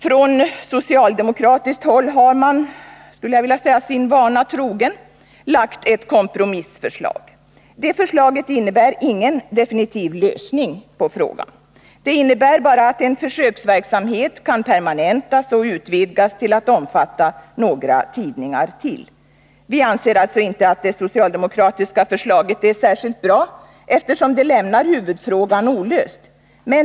Från socialdemokratiskt håll har man, sin vana trogen skulle jag vilja säga, lagt fram ett kompromissförslag. Det förslaget innebär ingen lösning av frågan. Det innebär bara att en försöksverksamhet kan permanentas och utvidgas till att omfatta ytterligare några tidningar. Vi anser alltså inte att det socialdemokratiska förslaget är särskilt bra, eftersom det lämnar huvudfrågan olöst.